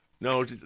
No